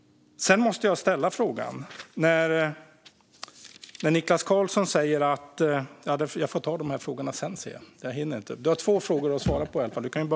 Det var två frågor för Niklas Karlsson att svara på.